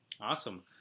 awesome